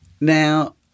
Now